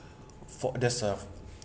fort~ that's uh